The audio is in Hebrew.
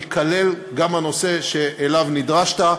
ייכלל גם הנושא שאליו נדרשת.